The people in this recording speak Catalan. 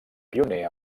pioner